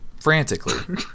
Frantically